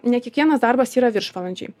ne kiekvienas darbas yra viršvalandžiai